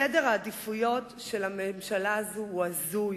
סדר העדיפויות של הממשלה הזו הוא הזוי,